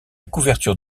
couverture